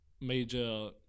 major